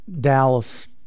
Dallas –